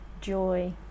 joy